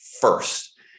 first